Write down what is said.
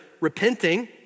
repenting